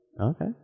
Okay